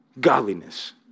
Godliness